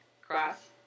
cross